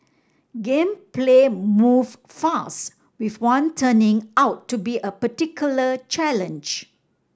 game play move with one turning out to be a particular challenge